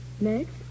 Next